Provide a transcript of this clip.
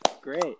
great